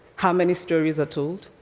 how many stories are told,